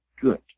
good